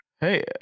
hey